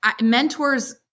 Mentors